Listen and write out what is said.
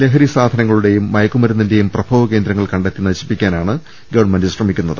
ലഹരി സാധന്നങ്ങളുടെയും മയക്കുമരുന്നിന്റെയും പ്രഭവ കേന്ദ്രങ്ങൾ കണ്ടെത്തി നശി പ്പിക്കാനാണ് ഗവൺമെന്റ് ശ്രമിക്കുന്നത്